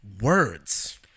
words